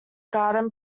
garden